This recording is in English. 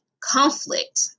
conflict